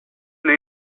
moly